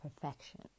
perfection